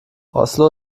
oslo